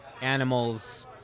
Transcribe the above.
animals